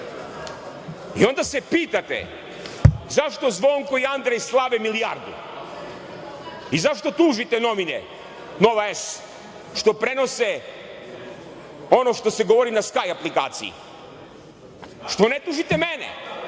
I onda se pitate zašto Zvonko i Andrej slave milijardu? I zašto tužite novine Nova S, što prenose ono što se govori na Skaj aplikaciji? Što ne tužite mene?